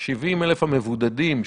70,000 המבודדים,